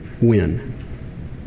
win